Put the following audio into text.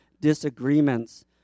disagreements